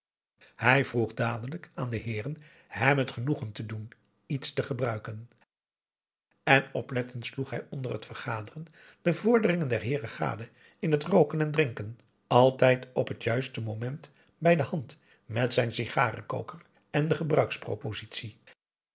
hij vroeg dadelijk aan de heeren hem het genoegen te doen iets te gebruiken en oplettend sloeg hij onder het vergaderen de vorderingen der heeren gade in het rooken en drinken altijd op het juiste moment bij de hand met zijn sigarenkoker en de